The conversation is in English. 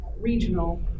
regional